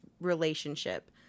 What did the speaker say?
relationship